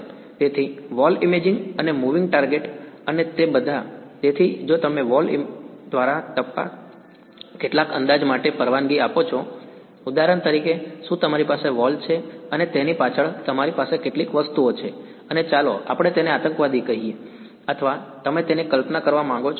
Student તેથી wall imaging અને moving target અને તે બધા તેથી જો તમે વોલ તપાસ દ્વારા કેટલાક અંદાજ માટે પરવાનગી આપો છો ઉદાહરણ તરીકે શું તમારી પાસે વોલ છે અને તેની પાછળ તમારી પાસે કેટલીક વસ્તુઓ છે અને ચાલો આપણે તેને આતંકવાદી કહીએ અથવા તમે તેને કલ્પના કરવા માંગો છો